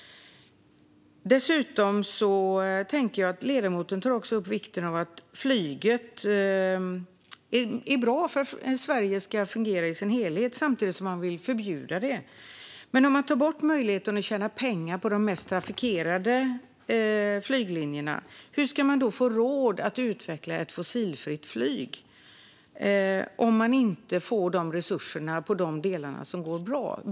Ledamoten tar också upp vikten av att flyget är bra för att Sverige ska fungera i sin helhet. Samtidigt vill man förbjuda det. Om man tar bort möjligheten att tjäna pengar på de mest trafikerade flyglinjerna, hur ska branschen då få råd att utveckla ett fossilfritt flyg om den inte får resurserna på de delar som går bra?